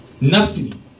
Nasty